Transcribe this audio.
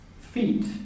feet